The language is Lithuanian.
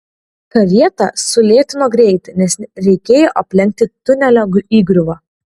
karieta sulėtino greitį nes reikėjo aplenkti tunelio įgriuvą